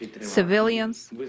Civilians